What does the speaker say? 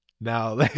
Now